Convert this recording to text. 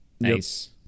Nice